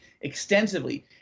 extensively